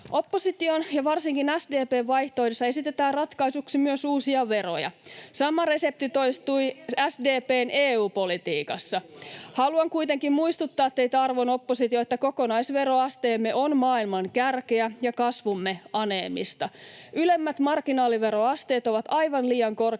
Opposition ja varsinkin SDP:n vaihtoehdoissa esitetään ratkaisuksi myös uusia veroja. Sama resepti toistui SDP:n EU-politiikassa. Haluan kuitenkin muistuttaa teitä, arvon oppositio, että kokonaisveroasteemme on maailman kärkeä ja kasvumme aneemista. Ylemmät marginaaliveroasteet ovat aivan liian korkeita